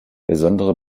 besondere